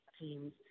teams